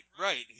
right